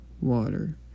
water